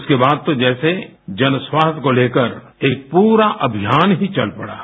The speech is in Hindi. उसके बाद तो जैसे जन स्वास्थ्य को लेकर एक पूरा अभियान ही चल पड़ा